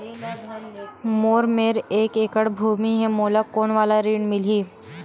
मोर मेर एक एकड़ भुमि हे मोला कोन वाला ऋण मिलही?